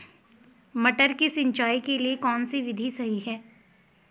मटर की सिंचाई के लिए कौन सी विधि सही है?